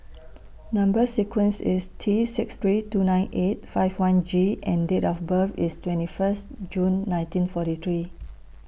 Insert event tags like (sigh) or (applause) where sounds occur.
(noise) Number sequence IS T six three two nine eight five one G and Date of birth IS twenty First June nineteen forty three